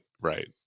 right